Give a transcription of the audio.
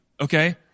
Okay